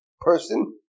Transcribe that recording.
person